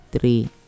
three